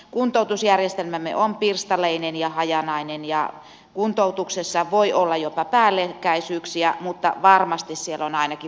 kuntoutusjärjestelmämme on pirstaleinen ja hajanainen ja kuntoutuksessa voi olla jopa päällekkäisyyksiä mutta varmasti siellä on ainakin väliinputoamisia